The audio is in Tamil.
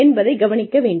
என்பதைக் கவனிக்க வேண்டும்